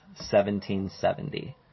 1770